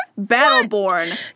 Battleborn